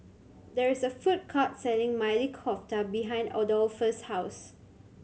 there is a food court selling Maili Kofta behind Adolphus' house